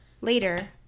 Later